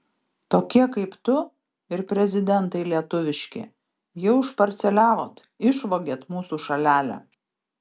tokie kaip tu ir prezidentai lietuviški jau išparceliavot išvogėt mūsų šalelę